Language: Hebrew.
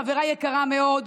חברה יקרה מאוד,